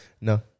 No